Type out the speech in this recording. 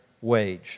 wage